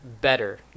better